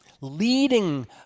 Leading